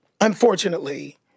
unfortunately